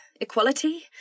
Equality